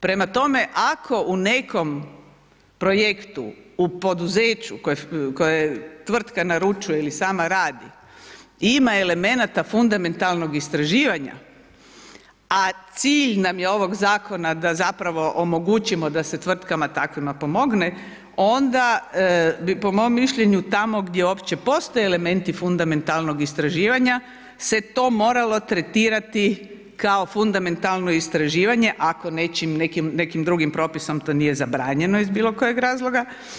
Prema tome, ako u nekom projektu u poduzeću koje tvrtka naručuje ili sama radi, ima elemenata fundamentalnog istraživanja, a cilj nam je ovog zakona da zapravo omogućimo da se tvrtkama takvima pomogne, onda bi po mom mišljenju, tako gdje uopće postoje elementi fundamentalnog istraživanja se to moralo tretirati kao fundamentalno istraživanje ako nekim drugim propisom to nije zabranjeno iz bilokojeg razloga.